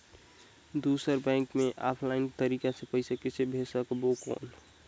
दुसर बैंक मे ऑफलाइन तरीका से पइसा भेज सकबो कौन?